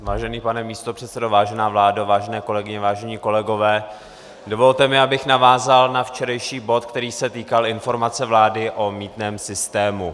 Vážený pane místopředsedo, vážená vládo, vážené kolegyně, vážení kolegové, dovolte mi, abych navázal na včerejší bod, který se týkal informace vlády o mýtném systému.